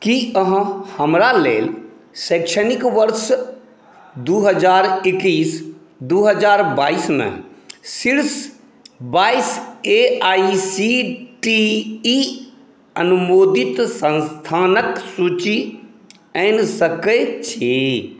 कि अहाँ हमरा लेल शैक्षणिक वर्ष दू हज़ार एक्कैस दू हज़ार बाइसमे शीर्ष बाइस A I C T E अनुमोदित संस्थानक सूचि आनि सकैत छि